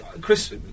Chris